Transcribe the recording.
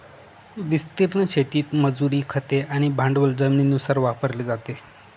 विस्तीर्ण शेतीत मजुरी, खते आणि भांडवल जमिनीनुसार वापरले जाते